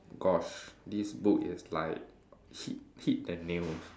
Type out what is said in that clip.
gosh this book is like hit hit the nails